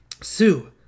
Sue